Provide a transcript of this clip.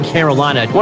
Carolina